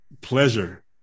pleasure